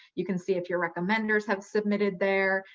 you can see if your recommenders have submitted there,